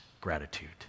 gratitude